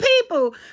people